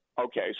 Okay